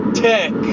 tech